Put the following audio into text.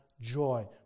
joy